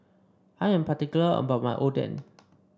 I am particular about my Oden